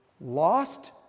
lost